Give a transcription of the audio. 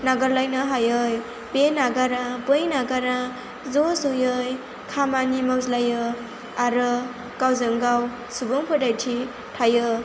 नागारलायनो हायै बे नागारा बै नागारा ज' ज'यै खामानि मावज्लायो आरो गावजों गाव सुबुंफोथायथि थायो